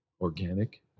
organic